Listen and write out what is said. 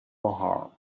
harm